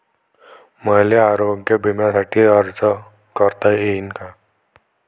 मले आरोग्य बिम्यासाठी अर्ज करता येईन का?